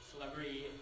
celebrity